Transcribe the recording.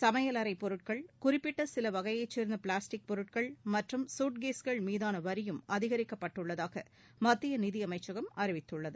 சமையல் அறை பொருட்கள் குறிப்பிட்ட சில வகையைச் சேர்ந்த பிளாஸ்டிக் பொருட்கள் மற்றும் சூட்கேஸ்கள் மீதான வரியும் அதிகரிக்கப்பட்டுள்ளதாக மத்திய நிதியமைச்சகம் அறிவித்துள்ளது